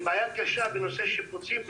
בעיה קשה בנושא שיפוצים.